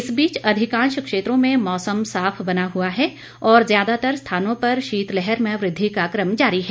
इस बीच अधिकांश क्षेत्रों में मौसम साफ बना हुआ है और ज्यादातर स्थानों पर शीत लहर में वृद्धि का कम जारी है